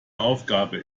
aufgabe